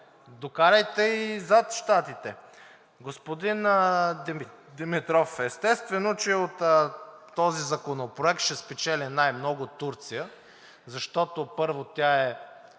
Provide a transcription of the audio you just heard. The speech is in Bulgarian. докарайте и зад Щатите. Господин Димитров, естествено че от този законопроект ще спечели най-много Турция, защото, първо, тя е